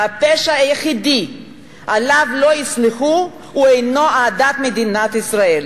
והפשע היחיד שעליו לא יסלחו הוא אהדת מדינת ישראל,